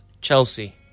Chelsea